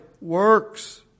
works